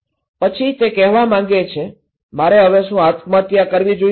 પછી તે કહેવા માંગે છે મારે હવે શું આત્મહત્યા કરવી જોઈએ